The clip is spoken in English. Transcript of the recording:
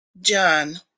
John